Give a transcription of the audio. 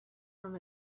from